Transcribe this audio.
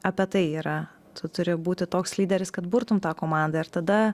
apie tai yra tu turi būti toks lyderis kad burtum tą komandą ir tada